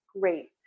great